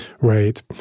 Right